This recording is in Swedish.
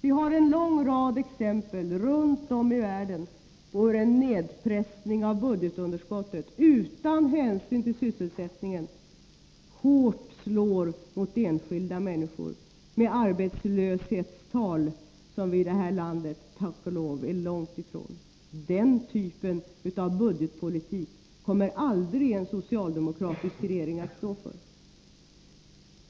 Vi har en lång rad exempel runt om i världen på hur en nedpressning av budgetunderskottet utan hänsyn till sysselsättningen hårt slår mot enskilda människor, med arbetslöshetstal som vi här i landet tack och lov är långt ifrån. Den typen av budgetpolitik kommer aldrig en socialdemokratisk regering att stå för.